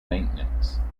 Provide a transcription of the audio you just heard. maintenance